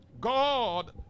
God